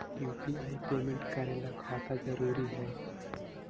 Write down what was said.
UPI payment करे ला खाता जरूरी है?